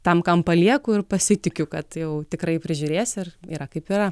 tam kam palieku ir pasitikiu kad jau tikrai prižiūrės ir yra kaip yra